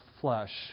flesh